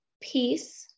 peace